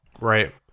Right